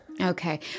Okay